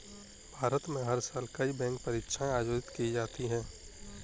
भारत में हर साल कई बैंक परीक्षाएं आयोजित की जाती हैं